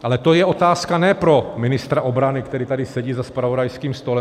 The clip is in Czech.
Ale to je otázka ne pro ministra obrany, který tady sedí za zpravodajským stolem.